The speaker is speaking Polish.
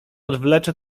odwlecze